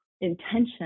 intention